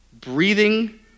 breathing